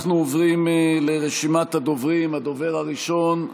אנחנו עוברים לרשימת הדוברים: הדובר הראשון,